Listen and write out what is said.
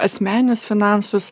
asmeninius finansus